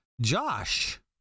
Josh